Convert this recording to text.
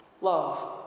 Love